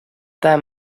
them